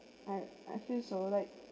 I I feel so like